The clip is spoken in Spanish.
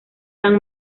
san